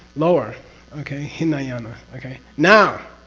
lower okay? hinayana. okay? now,